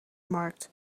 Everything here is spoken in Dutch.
markt